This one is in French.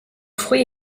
fruit